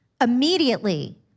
Immediately